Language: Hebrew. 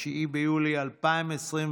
9 ביולי 2021,